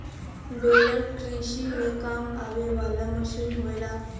baler कृषि में काम आवे वाला मसीन होला